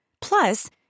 Plus